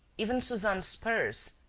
even suzanne's purse,